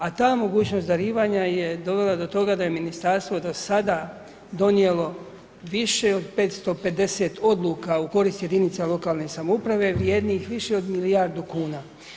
A ta mogućnost darivanja je dovela do toga da je ministarstvo do sada donijelo više od 550 odluka u korist jedinica lokalne samouprave vrijednih više od milijardu kuna.